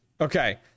Okay